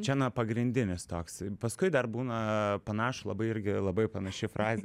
čia na pagrindinis toks paskui dar būna panašų labai irgi labai panaši frazė